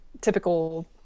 typical